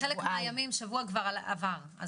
בחלק מהימים שבוע כבר עבר.